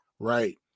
Right